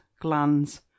glands